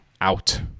out